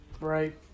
Right